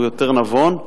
הוא יותר נבון,